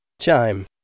Chime